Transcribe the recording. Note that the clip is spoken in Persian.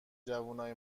جوونای